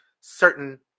certain